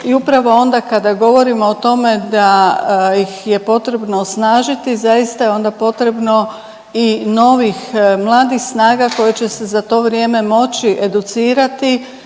I upravo onda kada govorimo o tome da ih je potrebno osnažiti zaista je onda potrebno i novih, mladih snaga koje će se za to vrijeme moći educirati